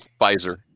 Pfizer